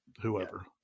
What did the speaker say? whoever